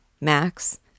Max